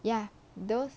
ya those